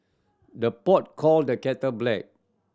the pot call the kettle black